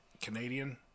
Canadian